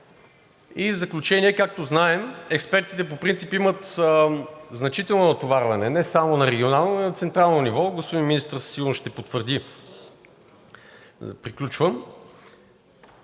В заключение, както знаем, експертите по принцип имат значително натоварване – не само на регионално, но и на централно ниво, господин министърът със сигурност ще потвърди.